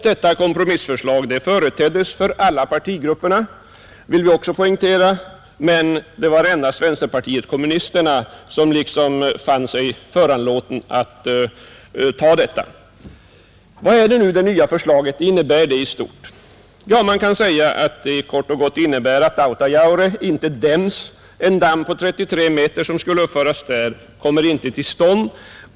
Detta kompromissförslag företeddes för alla partigrupper, det vill vi poängtera, men det var endast vänsterpartiet kommunisterna som fann sig föranlåtet att ta förslaget. Vad innebär då det nya förslaget i stort? Man kan säga att det kort och gott innebär att Autajaure inte dimmes — den damm på 33 meter som skulle uppföras där kommer inte till stånd.